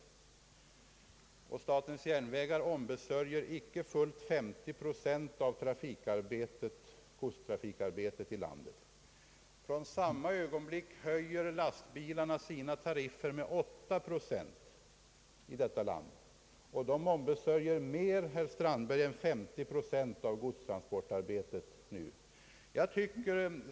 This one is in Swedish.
Statens järnvägar ombesörjer inte fullt 50 procent av godstransporterna i landet. I samma ögonblick höjer lastbilarna sina tariffer med 8 procent. De ombesörjer mer än 50 procent av godstransportarbetet.